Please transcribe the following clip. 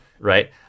right